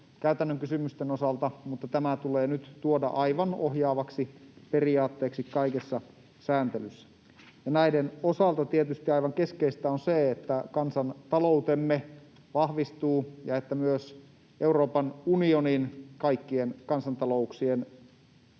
käytännön kysymysten osalta, mutta tämä tulee nyt tuoda aivan ohjaavaksi periaatteeksi kaikessa sääntelyssä. Näiden osalta tietysti aivan keskeistä on se, että kansantaloutemme vahvistuu ja että myös Euroopan unionin kaikkien kansantalouksien